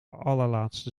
allerlaatste